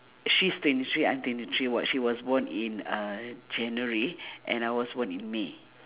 she's twenty three I'm twenty three but she was born in January and I was born in may